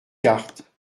cartes